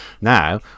Now